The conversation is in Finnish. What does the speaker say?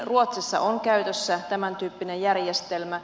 ruotsissa on käytössä tämäntyyppinen järjestelmä